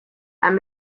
and